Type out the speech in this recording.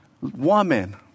woman